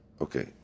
Okay